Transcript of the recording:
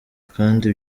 kandi